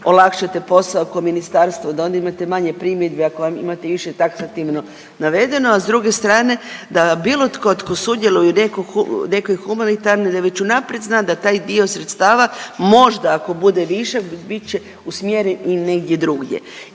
olakšate posao ko ministarstvo, da onda imate manje primjedbi ako vam, i imate više taksativno navedeno, a s druge strne da bilo tko tko sudjeluje u nekoj humanitarnoj da već unaprijed zna da taj dio sredstava možda ako bude višak bit će usmjeren i negdje drugdje